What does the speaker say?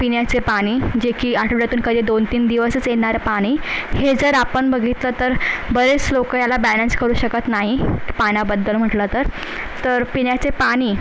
पिण्याचे पाणी जे की आठवड्यातून कधी दोनतीन दिवसच येणार पाणी हे जर आपण बघितलं तर बरेच लोक ह्याला बॅलेन्स करू शकत नाही पाण्याबद्दल म्हटलं तर तर पिण्याचे पाणी